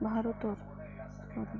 বনভুঁই কাটা হইছে